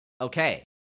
okay